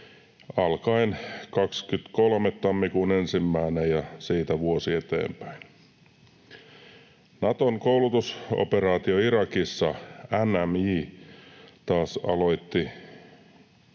1. päivästä ja siitä vuosi eteenpäin. Naton koulutusoperaatio Irakissa, NMI, taas aloitti